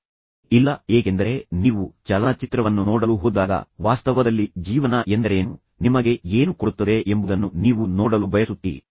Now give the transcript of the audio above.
ಇಲ್ಲ ನೀವು ಇದನ್ನು ಎಂದಿಗೂ ಮಾಡುವುದಿಲ್ಲ ಏಕೆಂದರೆ ನೀವು ಚಲನಚಿತ್ರವನ್ನು ನೋಡಲು ಹೋದಾಗ ವಾಸ್ತವದಲ್ಲಿ ಜೀವನ ಎಂದರೇನು ನಿಮಗೆ ಏನು ಕೊಡುತ್ತದೆ ಎಂಬುದನ್ನು ನೀವು ನೋಡಲು ಬಯಸುತ್ತೀರಿ